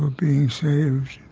being saved.